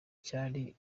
cyari